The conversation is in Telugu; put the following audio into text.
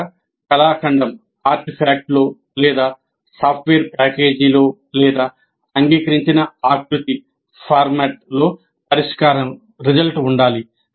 ఇది ఒక కళాఖండం ఉండాలి